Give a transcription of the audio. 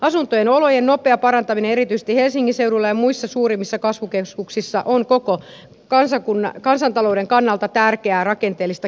asunto olojen nopea parantaminen erityisesti helsingin seudulla ja muissa suurimmissa kasvukeskuksissa on koko kansantalouden kannalta tärkeää rakenteellista kehittämistä